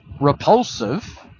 repulsive